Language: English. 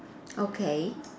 okay